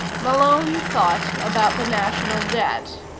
malone thought about the national debt.